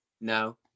No